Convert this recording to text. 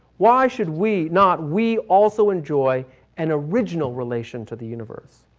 why should we not we also enjoy an original relation to the universe?